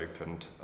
opened